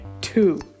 two